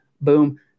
Boom